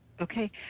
Okay